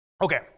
Okay